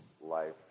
life